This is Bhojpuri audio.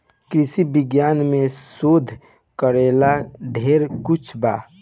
कृषि विज्ञान में शोध करेला ढेर कुछ बा